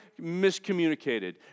miscommunicated